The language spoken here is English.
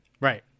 right